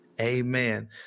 amen